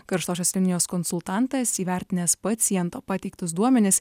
karštosios linijos konsultantas įvertinęs paciento pateiktus duomenis